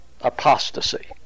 apostasy